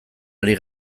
ari